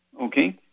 Okay